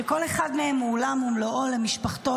שכל אחד הוא עולם ומלואו למשפחתו,